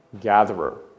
gatherer